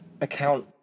account